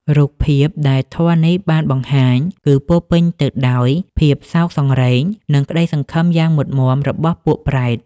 រូបភាពដែលធម៌នេះបានបង្ហាញ គឺពោរពេញទៅដោយភាពសោកសង្រេង និងក្ដីសង្ឃឹមយ៉ាងមុតមាំរបស់ពួកប្រេត។